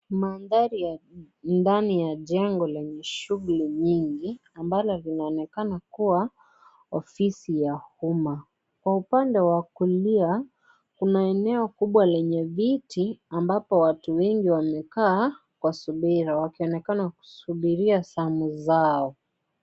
Mandhari ya ndani ya jengo lenye shughuli nyingi ambalo linaonekana kuwa ofisi ya umma. Kwa upande wa kulia, kuna eneo kubwa lenye viti ambapo watu wengi wamekaa kwa subira wakionekana wakisubiri zamu zao.